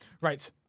Right